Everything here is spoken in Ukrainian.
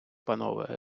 панове